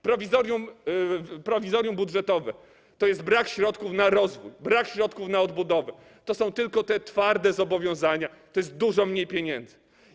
Prowizorium budżetowe to jest brak środków na rozwój, brak środków na odbudowę, to są tylko te twarde zobowiązania, to jest dużo mniej pieniędzy.